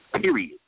period